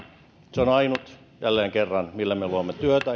se on ainut jälleen kerran millä me luomme työtä